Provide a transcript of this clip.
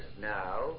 now